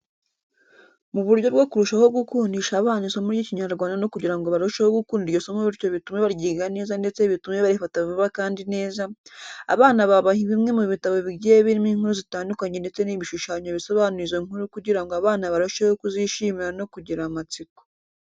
Mu buryo bwo kurushaho gukundisha abana isomo ry'Ikinyarwanda no kugira ngo barusheho gukunda iryo somo bityo bitume baryiga neza ndetse bitume barifata vuba kandi neza, abana babaha bimwe mu bitabo bigiye birimo inkuru zitandukanye ndetse n'ibishushanyo bisobanura izo nkuru kugira ngo abana barusheho kuzishimira no kugira amatsiko.